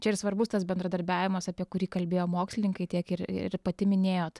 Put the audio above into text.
čia ir svarbus tas bendradarbiavimas apie kurį kalbėjo mokslininkai tiek ir ir pati minėjot